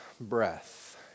breath